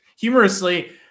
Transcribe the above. humorously